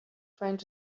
friend